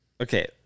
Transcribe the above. Okay